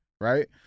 right